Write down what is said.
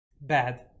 bad